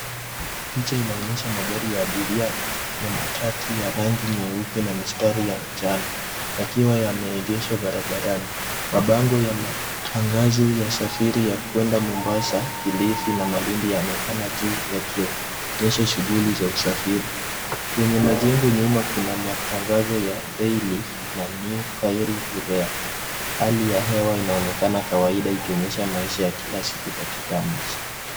Picha inaonyesha magari ya abiria ya matatu ya rangi nyeupe na mistari ya njano yakiwa yameegeshwa barabarani. Mabango ya matangazo ya safiri ya kuenda Mombasa, Kilifi na Malindi yanaonekana juu, yakionyesha shughuli za usafiri. Kwenye majengo nyuma kuna matangazo ya Dayliff na New Kairu Grea . Hali ya hewa inaonekana kawaida, ikionyesha maisha ya kila siku katika mji.